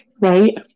Right